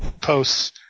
posts